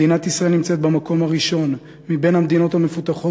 מדינת ישראל נמצאת במקום הראשון מבין המדינות המפותחות